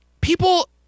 People